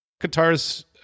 guitars